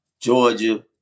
Georgia